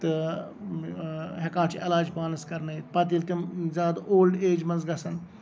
تہٕ ہٮ۪کان چھُ علاج پانَس کَرنٲوِتھ پَتہٕ ییٚلہِ تِم زیادٕ اولڈ ایج منٛز گژھن